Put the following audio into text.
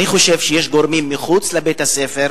אני חושב שיש גורמים מחוץ לבית-הספר,